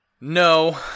no